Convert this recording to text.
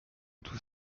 tous